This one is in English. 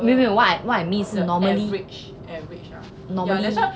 没有没有 what I what I mean is normally